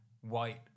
white